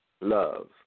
love